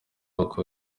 uko